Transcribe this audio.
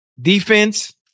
Defense